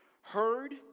heard